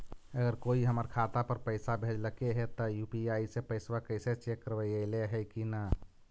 अगर कोइ हमर खाता पर पैसा भेजलके हे त यु.पी.आई से पैसबा कैसे चेक करबइ ऐले हे कि न?